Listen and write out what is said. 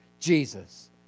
Jesus